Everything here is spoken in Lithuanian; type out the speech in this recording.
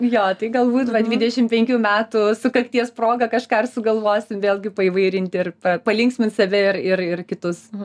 jo tai galbūt va dvidešim penkių metų sukakties proga kažką ir sugalvosim vėlgi paįvairinti ir pa palinksmint save ir ir ir kitus